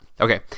Okay